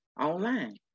online